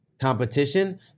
competition